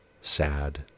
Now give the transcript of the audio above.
sad